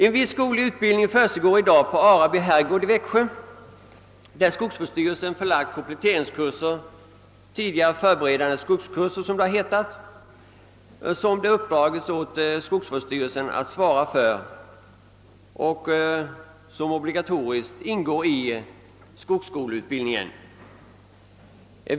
En viss skoglig utbildning försiggår i dag på Araby herrgård vid Växjö dit skogsvårdsstyrelsen förlagt kompletteringskurser — tidigare förbererande skogskurser — som det uppdragits åt skogsvårdsstyrelsen att svara för och som obligatoriskt ingår i skogsskoleutbildningen.